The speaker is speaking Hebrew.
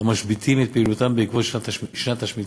המשביתים את פעילותם עקב שנת השמיטה.